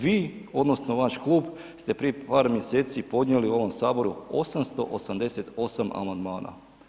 Vi odnosno vaš klub ste prije par mjeseci podnijeli u ovom Saboru 888 amandmana.